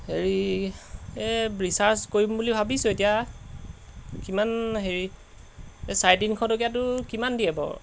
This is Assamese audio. হেৰি এই ৰিচাৰ্জ কৰিম বুলি ভাবিছোঁ এতিয়া কিমান হেৰি এই চাৰে তিনিশ টকীয়াটো কিমান দিয়ে বাৰু